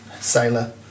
Sailor